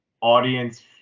audience